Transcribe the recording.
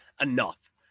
enough